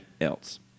else